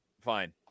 Fine